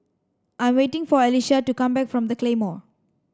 I'm waiting for Alecia to come back from the Claymore